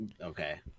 Okay